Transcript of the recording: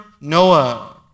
Noah